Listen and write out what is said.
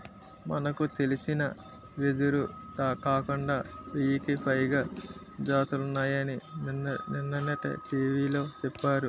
మనకు తెలిసిన వెదురే కాకుండా వెయ్యికి పైగా జాతులున్నాయని నిన్ననే టీ.వి లో చెప్పారు